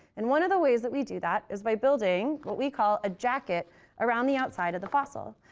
and one of the ways that we do that is by building what we call a jacket around the outside of the fossil.